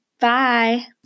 Bye